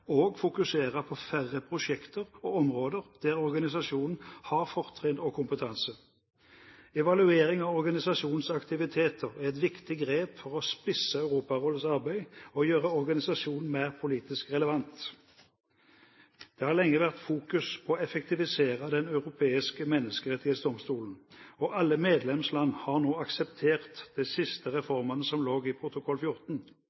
og å fokusere på færre prosjekter og områder der organisasjonen har fortrinn og kompetanse. Evaluering av organisasjonens aktiviteter er et viktig grep for å spisse Europarådets arbeid og gjøre organisasjonen mer politisk relevant. Det har lenge vært fokus på å effektivisere Den europeiske menneskerettighetsdomstol. Alle medlemsland har nå akseptert de siste reformene som lå i protokoll 14,